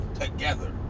together